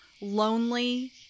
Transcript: lonely